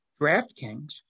DraftKings